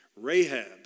Rahab